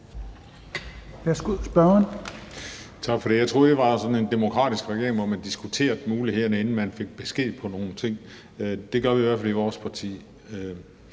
Juhl (EL): Tak for det. Jeg troede, I var sådan en demokratisk regering, hvor man diskuterede mulighederne, inden man fik besked på nogle ting. Det gør vi i hvert fald i vores parti.